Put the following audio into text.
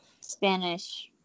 Spanish